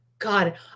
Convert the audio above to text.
God